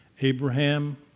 Abraham